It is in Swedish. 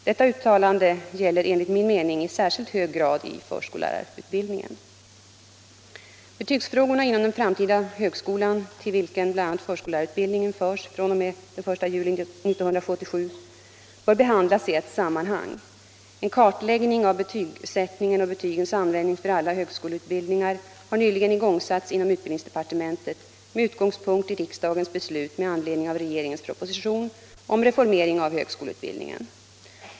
Detta uttalande gäller enligt min mening i särskilt hög grad förskollärarutbildningen. Betygsfrågorna inom den framtida högskolan, till vilken bl.a. förskollärarutbildningen förs fr.o.m. den 1 juli 1977, bör behandlas i ett sammanhang. En kartläggning av betygsättningen och betygens användning för alla högskoleutbildningar har nyligen igångsatts inom utbildningsdepartementet med utgångspunkt i riksdagens beslut med anledning av regeringens propsition om reformering av högskoleutbildningen.